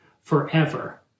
forever